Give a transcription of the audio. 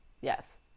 yes